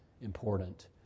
important